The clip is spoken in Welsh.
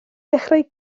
dechrau